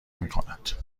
میکند